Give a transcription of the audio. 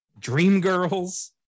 Dreamgirls